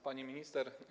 Pani Minister!